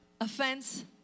Offense